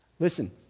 Listen